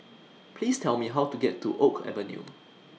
Please Tell Me How to get to Oak Avenue